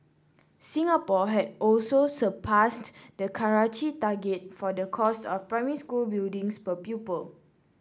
Singapore had also surpassed the Karachi target for the cost of primary school buildings per pupil